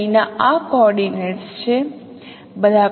હું પરિવર્તિત બિંદુ ના બદલે લખીશ જો રૂપાંતર બિંદુ y છે